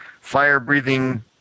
fire-breathing